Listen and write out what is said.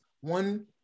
one